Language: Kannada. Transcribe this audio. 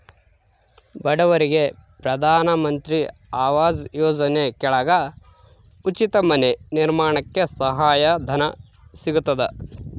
ಬಡವರಿಗೆ ಪ್ರಧಾನ ಮಂತ್ರಿ ಆವಾಸ್ ಯೋಜನೆ ಕೆಳಗ ಉಚಿತ ಮನೆ ನಿರ್ಮಾಣಕ್ಕೆ ಸಹಾಯ ಧನ ಸಿಗತದ